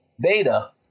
beta